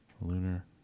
Lunar